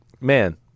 man